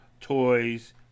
toys